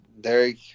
Derek